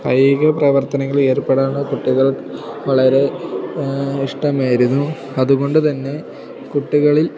കായിക പ്രവർത്തനകൾ ഏർപ്പെടാന് കുട്ടികൾക്ക് വളരെ ഇഷ്ടമായിരുന്നു അതുകൊണ്ട് തന്നെ കുട്ടികളിൽ